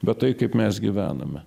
bet tai kaip mes gyvename